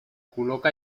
col·loca